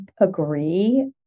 agree